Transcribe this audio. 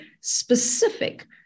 specific